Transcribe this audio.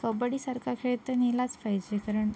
कबड्डीसारखा खेळ तर नेलाच पाहिजे कारण